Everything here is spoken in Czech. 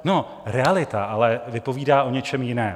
No, realita ale vypovídá o něčem jiném.